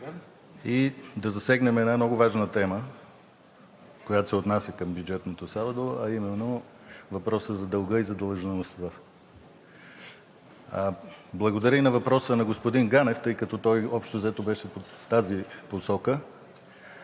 и да засегнем една много важна тема, която се отнася към бюджетното салдо, а именно въпроса за дълга и задлъжнялостта. Благодаря и за въпроса на господин Ганев, тъй като той общо взето беше в тази посока.